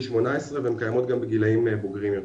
18 והן קיימות גם בגילאים בוגרים יותר.